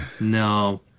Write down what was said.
no